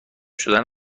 شدن